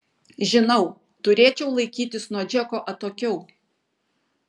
žinau turėčiau laikytis nuo džeko atokiau